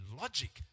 logic